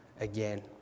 again